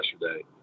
yesterday